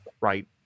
right